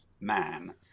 man